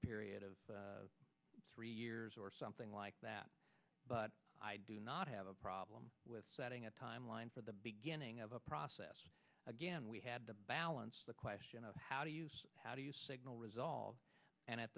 period of three years or something like that but i do not have a problem with setting a timeline for the beginning of a process again we had to balance the question of how do you how do you signal resolve and at